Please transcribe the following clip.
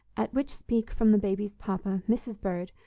at which speech from the baby's papa, mrs. bird,